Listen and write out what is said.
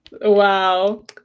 wow